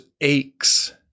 aches